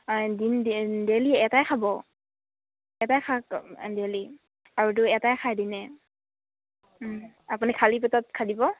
দিন ডেইলি এটাই খাব এটাই খাক ডেইলি আৰু এটাই খাই দিনে আপুনি খালী পেটত খাই দিব